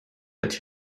that